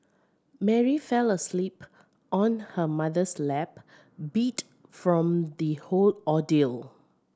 Mary fell asleep on her mother's lap beat from the whole ordeal